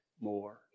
more